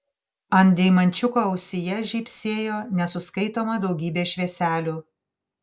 ant deimančiuko ausyje žybsėjo nesuskaitoma daugybė švieselių